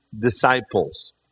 disciples